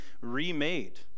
remade